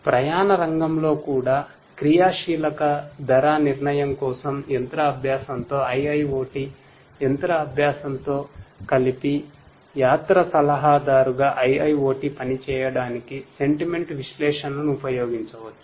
ప్రయాణ రంగంలో కూడా క్రియాశీలక ధర నిర్నయం కోసం మెషిన్ లెర్నింగ్ తో కలిపి యాత్ర సలహాదారుగా IIoT పనిచేయడానికి సెంటిమెంట్ విశ్లేషణను ఉపయోగించవచ్చు